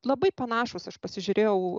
labai panašūs aš pasižiūrėjau